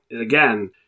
again